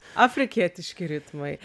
afrikietiški ritmai